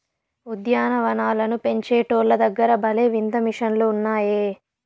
ఉద్యాన వనాలను పెంచేటోల్ల దగ్గర భలే వింత మిషన్లు ఉన్నాయే